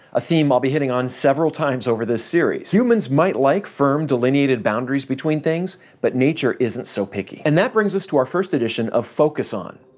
a theme i'll be hitting on several times over this series. humans might like firm, delineated boundaries between things, but nature isn't so picky. and that brings us to our first edition of focus on,